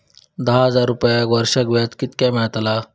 दहा हजार रुपयांक वर्षाक व्याज कितक्या मेलताला?